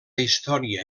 història